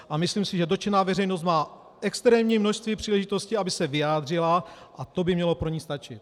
A myslím si, že dotčená veřejnost má extrémní množství příležitostí, aby se vyjádřila, a to by mělo pro ni stačit.